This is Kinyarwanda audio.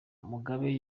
mugabe